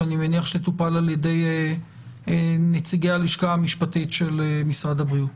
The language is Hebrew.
שאני מניח שתטופל על ידי נציגי הלשכה המשפטית של משרד הבריאות.